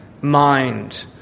mind